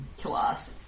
Class